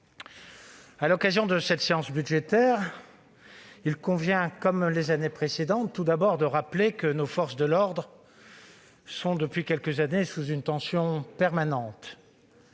à l'occasion de cette séance budgétaire, il convient, comme les années précédentes, de rappeler tout d'abord que nos forces de l'ordre connaissent depuis quelques années une tension permanente